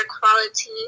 quality